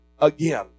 again